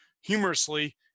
humorously